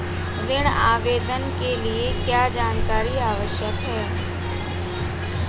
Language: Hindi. ऋण आवेदन के लिए क्या जानकारी आवश्यक है?